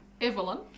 Evelyn